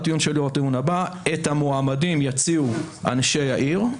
הטיעון שלי הוא הטיעון הבא: את המועמדים יציעו אנשי העיר,